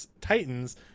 Titans